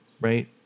right